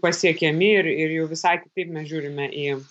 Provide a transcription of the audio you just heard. pasiekiami ir ir jau visai kitaip mes žiūrime į